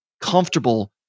comfortable